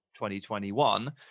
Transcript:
2021